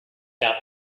out